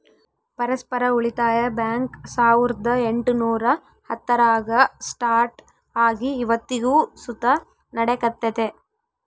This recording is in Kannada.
ಪರಸ್ಪರ ಉಳಿತಾಯ ಬ್ಯಾಂಕ್ ಸಾವುರ್ದ ಎಂಟುನೂರ ಹತ್ತರಾಗ ಸ್ಟಾರ್ಟ್ ಆಗಿ ಇವತ್ತಿಗೂ ಸುತ ನಡೆಕತ್ತೆತೆ